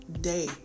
Day